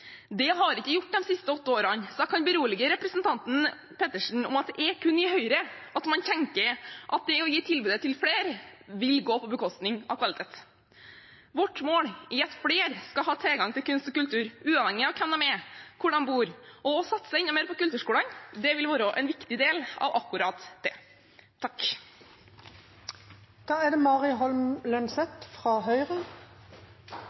Det har det ikke gjort de siste åtte årene, så jeg kan berolige representanten Pettersen med at det er kun i Høyre man tenker at å gi tilbudet til flere, vil gå på bekostning av kvalitet. Vårt mål er at flere skal ha tilgang til kunst og kultur uavhengig av hvem de er og hvor de bor, og å satse enda mer på kulturskolene vil være en viktig del av akkurat det. Takk